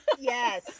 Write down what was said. Yes